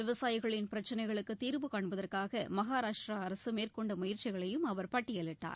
விவசாயிகளின் பிரச்சினைகளுக்கு தீர்வு காண்பதற்காக மகாராஷ்டிரா அரசு மேற்கொண்ட முயற்சிகளையும் அவர் பட்டியலிட்டார்